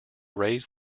raise